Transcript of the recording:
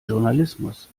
journalismus